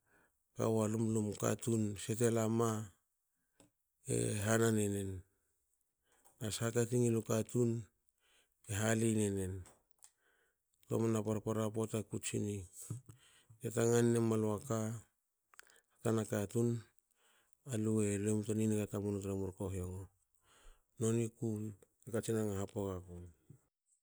Kawu a lumlum katun sete lama e hanan enen na shaka ti ngil na katun e hali enen ktomna mna parpara pota ku tsini "te tanga nine malua ka tra tanna katun alue luemu ta niniga tamulu tra murkohiongo." Noni ku te katsin ranga hapo waku.